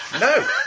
no